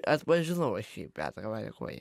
atpažinau aš jį petrą variakojį